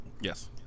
Yes